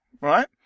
right